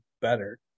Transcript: better